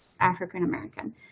African-American